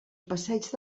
passeig